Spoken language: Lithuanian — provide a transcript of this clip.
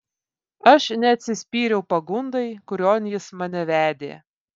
aš neatsispyriau pagundai kurion jis mane vedė